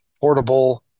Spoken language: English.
portable